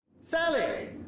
Sally